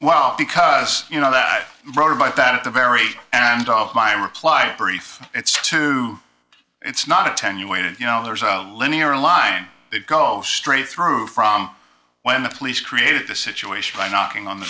well because you know that i wrote about that at the very and off my reply brief it's to it's not attenuated you know there's a linear line they go straight through from when the police created the situation by knocking on the